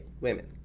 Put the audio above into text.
women